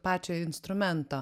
pačio instrumento